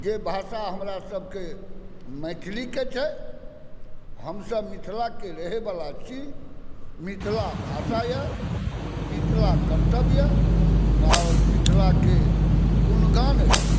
जे भाषा हमरा सबके मैथिलीके छै हमसब मिथिलाके रहैवला छी मिथिला भाषा अइ मिथिला कर्तव्य अइ आओर मिथिलाके गुणगान अछि